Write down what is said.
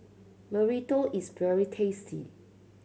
burrito is very tasty